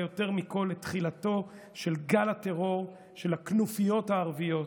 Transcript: יותר מכול את תחילתו של גל הטרור של הכנופיות הערביות.